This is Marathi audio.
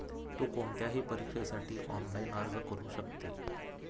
तु कोणत्याही परीक्षेसाठी ऑनलाइन अर्ज करू शकते